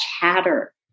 chatter